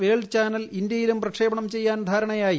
world channel ഇന്തൃയിലും പ്രക്ഷേപണം ചെയ്യാൻ ധാരണയായി